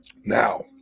now